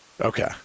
okay